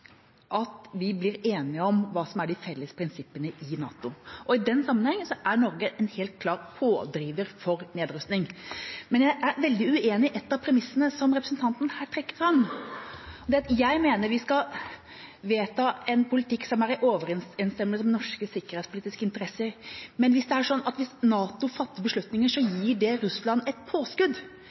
at vi blir enige om hva som er de felles prinsippene i NATO. I den sammenheng er Norge en helt klar pådriver for nedrusting, men jeg er veldig uenig i et av premissene som representanten her trekker fram. Jeg mener vi skal vedta en politikk som er i overensstemmelse med norske sikkerhetspolitiske interesser, men hvis det er sånn at hvis NATO fatter beslutninger, gir det Russland et påskudd,